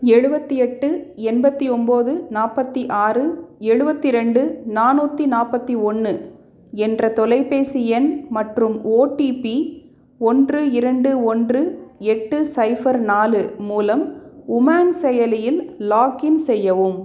எழுபத்தி எட்டு எண்பத்தி ஒம்போது நாற்பத்தி ஆறு எழுபத்தி ரெண்டு நானூற்றி நாற்பத்தி ஒன்று என்ற தொலைபேசி எண் மற்றும் ஓடிபி ஒன்று இரண்டு ஒன்று எட்டு ஸைபர் நாலு மூலம் உமாங்ஸ் செயலியில் லாகின் செய்யவும்